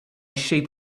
sheep